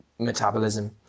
Metabolism